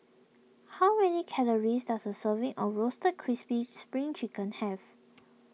how many calories does a serving of Roasted Crispy Spring Chicken have